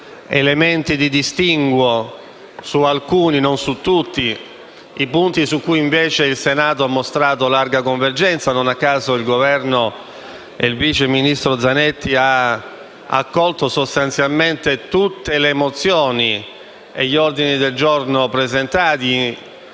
elementi di distinguo su alcuni punti (non su tutti) su cui invece il Senato ha mostrato ampia convergenza. Non a caso, il vice ministro Zanetti ha accolto sostanzialmente tutte le mozioni e gli ordini del giorno presentati,